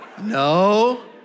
no